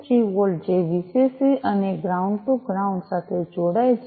3 volt છે જે VCC અને ગ્રાઉન્ડ ટુ ગ્રાઉન્ડ સાથે જોડાય છે